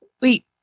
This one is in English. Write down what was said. Wait